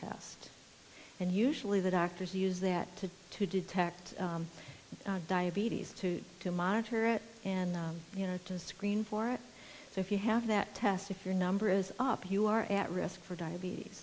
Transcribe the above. yes and usually the doctors use that to to detect diabetes two to monitor it and you know to screen for it so if you have that test if your number is up you are at risk for diabetes